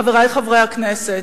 חברי חברי הכנסת,